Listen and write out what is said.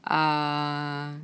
um